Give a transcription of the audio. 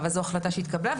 אבל זו החלטה שהתקבלה.